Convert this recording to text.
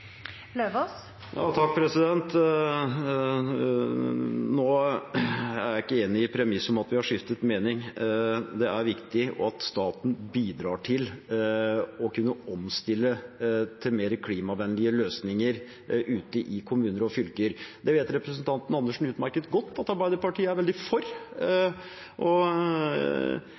premisset om at vi har skiftet mening. Det er viktig at staten bidrar til å kunne omstille til mer klimavennlige løsninger ute i kommuner og fylker, og det vet representanten Andersen utmerket godt at Arbeiderpartiet er veldig for.